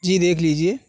جی دیکھ لیجیے